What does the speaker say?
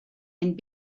and